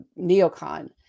neocon